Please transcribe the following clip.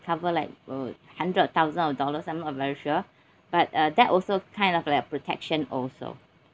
cover like uh hundred of thousand dollars I'm not very sure but uh that also kind of like a protection also